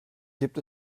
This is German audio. gibt